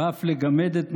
ואף לגמד את משמעותו,